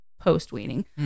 post-weaning